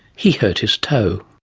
he hurt his toe.